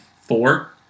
Four